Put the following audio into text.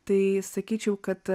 tai sakyčiau kad